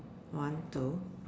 one two